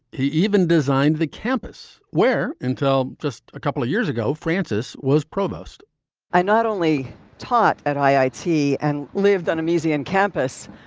he even designed the campus where until just a couple of years ago, francis was provost i not only taught at eiti and lived on a museum campus.